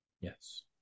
Yes